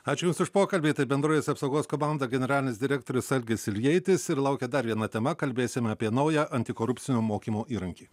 ačiū jums už pokalbį tai bendrovės apsaugos komanda generalinis direktorius algis iljeitis ir laukia dar viena tema kalbėsime apie naują antikorupcinio mokymo įrankį